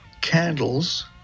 candles